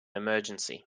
emergency